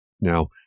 Now